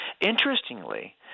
Interestingly